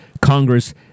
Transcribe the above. Congress